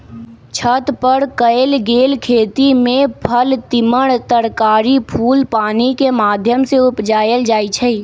छत पर कएल गेल खेती में फल तिमण तरकारी फूल पानिकेँ माध्यम से उपजायल जाइ छइ